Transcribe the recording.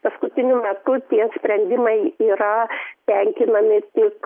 paskutiniu metu tie sprendimai yra tenkinami tik